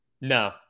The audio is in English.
No